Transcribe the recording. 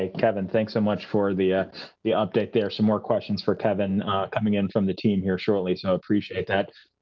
ah kevin thanks so much for the ah the update for. some more questions for kevin coming in from the team here shortly so appreciate that.